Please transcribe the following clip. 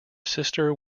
sister